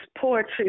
poetry